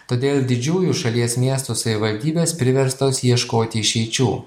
todėl didžiųjų šalies miestų savivaldybės priverstos ieškoti išeičių